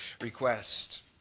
request